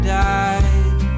died